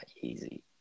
easy